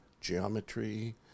geometry